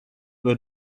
were